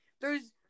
There's-